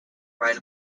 write